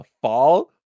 fall